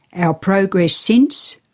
our progress since,